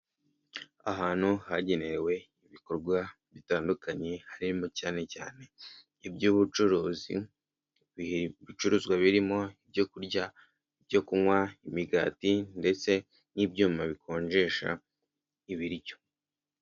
Ahantu hagenewe ibikorwa bitandukanye harimo cyane cyane iby'ubucuruzi bicuruzwa birimo ibyo kurya, ibyo kunywa, imigati ndetse n'ibyuma bikonjesha ibiryo.